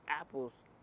Apples